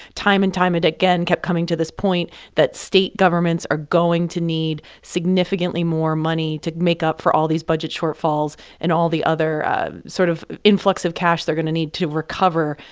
time and time and again, kept coming to this point that state governments are going to need significantly more money to make up for all these budget shortfalls and all the other sort of influx of cash they're going to need to recover.